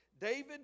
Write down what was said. David